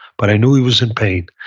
but i knew he was in pain.